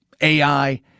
AI